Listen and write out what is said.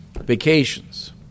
vacations